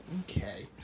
Okay